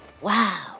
Wow